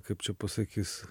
kaip čia pasakys